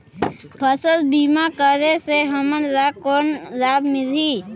फसल बीमा करे से हमन ला कौन लाभ मिलही?